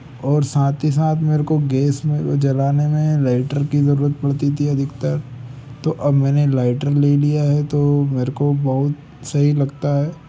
और साथ ही साथ मेरे को गेस में जलाने में लाइटर की ज़रूरत पड़ती थी अधिकतर तो अब मैंने लाइटर ले लिया है तो मेरे को बहुत सही लगता है